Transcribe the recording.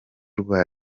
rwa